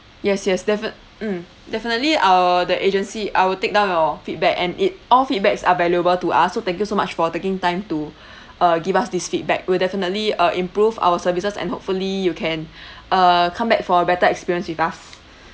yes yes defi~ mm definitely I will the agency I will take down your feedback and it all feedbacks are valuable to us so thank you so much for taking time to uh give us this feedback we'll definitely uh improve our services and hopefully you can err come back for a better experience with us